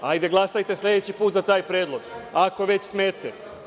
Hajde glasajte sledeći put za taj predlog, ako već smete.